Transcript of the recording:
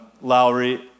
Lowry